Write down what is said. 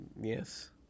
Yes